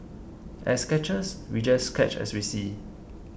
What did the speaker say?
as sketchers we just sketch as we see